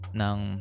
ng